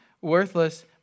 worthless